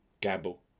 gamble